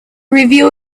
review